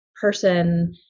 person